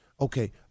Okay